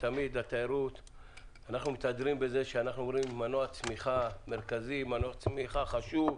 תמיד אנחנו מתהדרים בכך שהתיירות היא מנוע צמיחה מרכזי וחשוב.